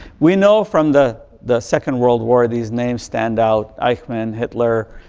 we know from the the second world war these names stand out. eichmann, hitler,